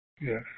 yes